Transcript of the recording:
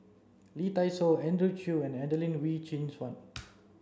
Lee Dai Soh Andrew Chew and Adelene Wee Chin Suan